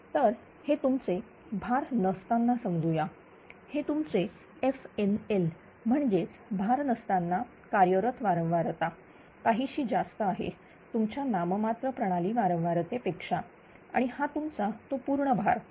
तर हे तुमचे भार नसताना समजूया हे तुमचे fNLम्हणजेच भार नसताना कार्यरत वारंवारता काहीशी जास्त आहे तुमच्या नाममात्र प्रणाली वारंवारतेचे पेक्षा आणि हा तुमचा तो पूर्ण भार